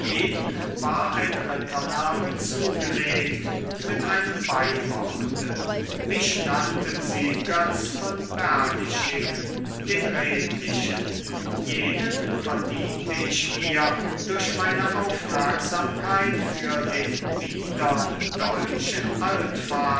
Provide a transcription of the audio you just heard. war ein rittername zugelegt mit einem beiworte mich nannten sie götz von berlichingen den redlichen jenen verdiente ich mir durch meine aufmerksamkeit für den biedern deutschen